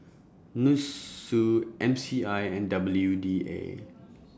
Nussu M C I and W D A